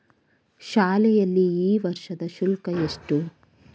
ಶಾಲೆಯಲ್ಲಿ ಈ ವರ್ಷದ ಶುಲ್ಕ ಎಷ್ಟು?